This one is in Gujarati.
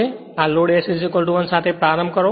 તેથી આ લોડ S 1 સાથે પ્રારંભ કરો